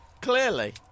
clearly